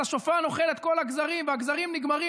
השפן אוכל את כל הגזרים והגזרים נגמרים.